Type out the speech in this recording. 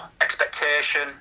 expectation